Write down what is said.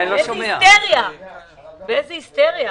באיזו היסטריה.